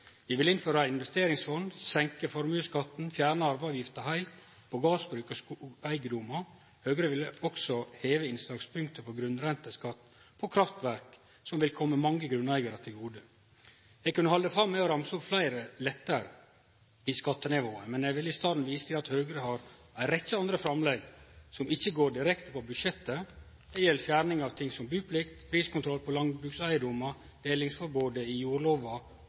Vi vil innføre eit investeringsfond, senke formuesskatten og fjerne arveavgifta heilt på gardsbruk og skogeigedomar. Høgre vil òg heve innslagspunktet for grunnrenteskatt på kraftverk, noko som vil kome mange grunneigarar til gode. Eg kunne halde fram med å ramse opp fleire lettar i skattenivået, men eg vil i staden vise til at Høgre har ei rekkje andre framlegg som ikkje går direkte på budsjettet. Det gjeld fjerning av ting som buplikt, priskontroll på landbrukseigedomar, delingsforbodet i jordlova